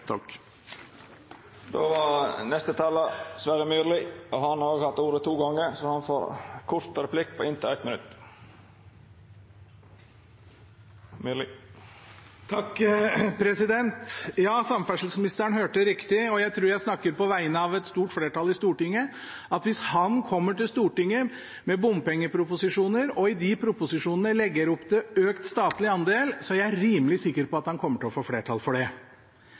Sverre Myrli har hatt ordet to gonger tidlegare og får ordet til ein kort merknad, avgrensa til 1 minutt. Ja, samferdselsministeren hørte riktig, og jeg tror jeg snakker på vegne av et stort flertall i Stortinget når jeg sier at hvis han kommer til Stortinget med bompengeproposisjoner og han i de proposisjonene legger opp til økt statlig andel, så er jeg rimelig sikker på at han kommer til å få flertall for det.